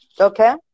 Okay